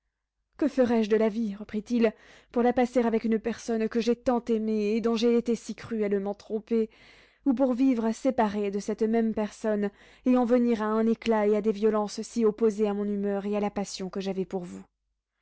que ferais-je de la vie reprit-il pour la passer avec une personne que j'ai tant aimée et dont j'ai été si cruellement trompé ou pour vivre séparé de cette même personne et en venir à un éclat et à des violences si opposées à mon humeur et à la passion que j'avais pour vous